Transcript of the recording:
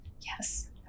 Yes